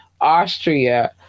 Austria